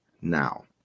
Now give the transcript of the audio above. now